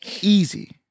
Easy